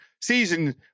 season